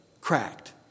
cracked